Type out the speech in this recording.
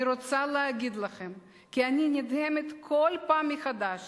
אני רוצה להגיד לכם כי אני נדהמת בכל פעם מחדש